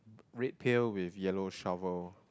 red pail with yellow shovel